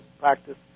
practice